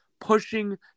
pushing